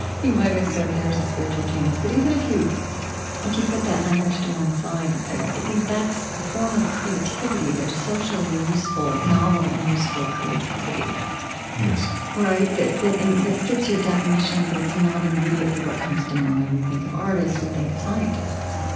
he might have said there's a spiritual genius. but even if you if you put that language to one side, i i think that's a form of creativity there's socially useful, novel and useful, creativity yes right, that that fits your definition, but it's not immediately what comes to mind. we think of artists, we think of scientists